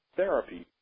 therapy